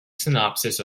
synopsis